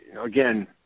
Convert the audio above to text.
again